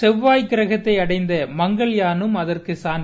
செல்வாய் கிரகத்தை அடைந்த மங்கள்யாலும் அதற்கக் சான்று